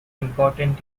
important